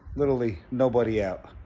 literally nobody out,